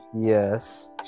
Yes